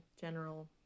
general